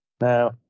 now